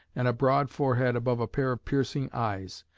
and a broad forehead above a pair of piercing eyes.